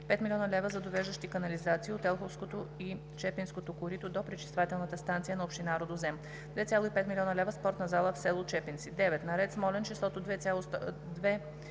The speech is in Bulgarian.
5 млн. лв. за довеждащи канализации от Елховското и Чепинското корито до пречиствателната станция на община Рудозем; - 2,5 млн. лв. спортна зала в село Чепинци. 9. На ред Смолян числото „2